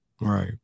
Right